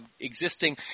existing